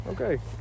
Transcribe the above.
Okay